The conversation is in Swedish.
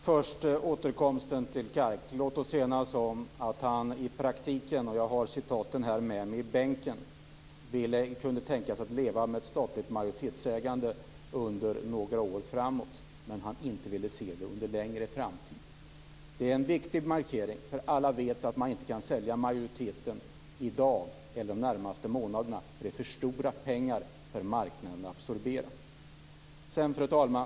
Fru talman! Först återkomsten till Kark: låt oss enas om att han i praktiken - jag har citaten med mig här i kammaren - kunde tänka sig att leva med ett statligt majoritetsägande under några år framåt, men han ville inte se det under en längre tid. Det är en viktig markering. Alla vet att man inte kan sälja majoriteten i dag eller de närmaste månaderna, för det är för stora pengar för marknaden att absorbera. Fru talman!